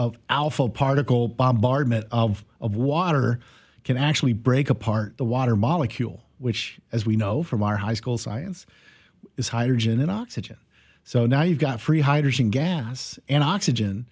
alpha particle bombardment of of water can actually break apart the water molecule which as we know from our high school science is hydrogen and oxygen so now you've got free hydrogen gas and oxygen